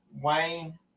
Wayne